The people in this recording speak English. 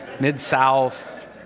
Mid-South